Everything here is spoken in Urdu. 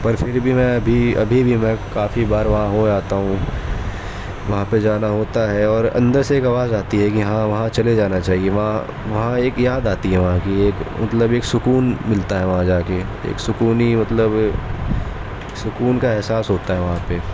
پر پھر بھی میں ابھی ابھی بھی میں کافی بار وہاں ہو آتا ہوں وہاں پہ جانا ہوتا ہے اور اندر سے ایک آواز آتی ہے کہ ہاں وہاں چلے جانا چاہئے وہاں وہاں ایک یاد آتی ہے وہاں کی ایک مطلب ایک سکون ملتا ہے وہاں جا کے ایک سکون مطلب سکون کا احساس ہوتا ہے وہاں پہ